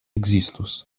ekzistus